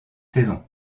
saison